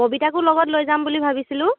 ববিতাকো লগত লৈ যাম বুলি ভাবিছিলোঁ